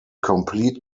complete